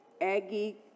Aggie